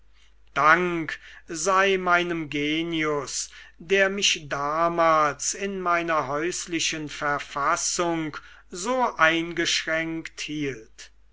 dank sei meinem genius der mich damals in meiner häuslichen verfassung so eingeschränkt hielt